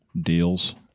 Deals